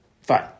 Fine